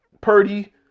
Purdy